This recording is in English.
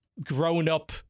grown-up